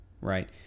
right